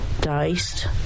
diced